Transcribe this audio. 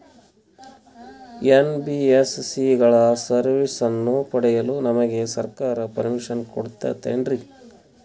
NBSC ಗಳ ಸರ್ವಿಸನ್ನ ಪಡಿಯಲು ನಮಗೆ ಸರ್ಕಾರ ಪರ್ಮಿಷನ್ ಕೊಡ್ತಾತೇನ್ರೀ?